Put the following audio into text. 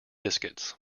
biscuits